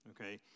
okay